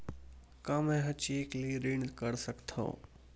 का मैं ह चेक ले ऋण कर सकथव?